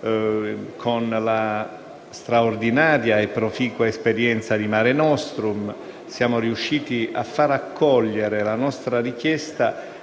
con la straordinaria e proficua esperienza di Mare nostrum siamo infatti riusciti a far accogliere la nostra richiesta